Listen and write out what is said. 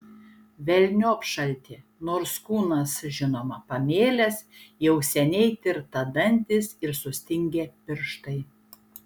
velniop šaltį nors kūnas žinoma pamėlęs jau seniai tirta dantys ir sustingę pirštai